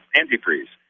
antifreeze